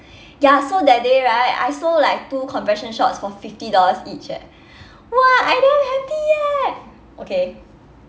ya so that day right I sold like two compression shorts for fifty dollars each eh !wah! I damn happy eh okay